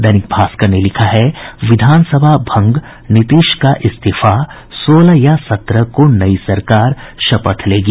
दैनिक भास्कर ने लिखा है विधानसभा भंग नीतीश का इस्तीफा सोलह या सत्रह को नई सरकार शपथ लेगी